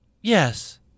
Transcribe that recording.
Yes